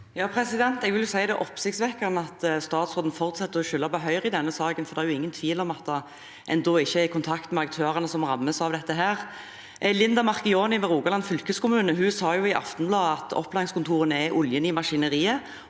(H) Jeg vil si det er oppsiktsvekkende at statsråden fortsetter å skylde på Høyre i denne saken, for det er ingen tvil om at en da ikke er i kontakt med aktørene som rammes av dette. Linda Marchioni ved Rogaland fylkeskommune sa i Stavanger Aftenblad at opplæringskontorene er «oljen i maskineriet